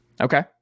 Okay